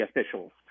officials